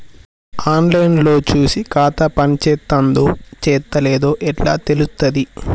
On line లో చూసి ఖాతా పనిచేత్తందో చేత్తలేదో ఎట్లా తెలుత్తది?